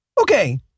Okay